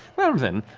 well, then.